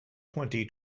twenty